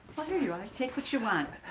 well, here you are. take what you want.